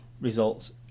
results